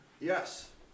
Yes